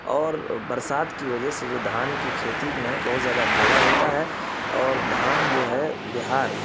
اور برسات کی وجہ سے جو دھان کی کھیتی میں بہت زیادہ فائدہ ہوتا ہے اور دھان جو ہے بہار